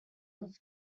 neuf